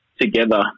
together